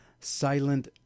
Silent